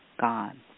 gone